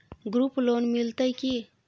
Group loan मिलतै की?